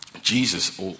Jesus